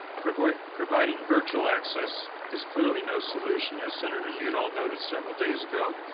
providing providing virtual access is clearly no solution, as senator udall noted several days ago.